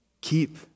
Keep